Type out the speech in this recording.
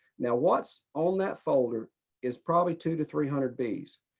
now what's on that folder is probably two to three hundred bees.